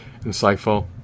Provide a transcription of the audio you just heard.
insightful